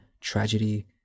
tragedy